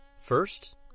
First